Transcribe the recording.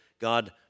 God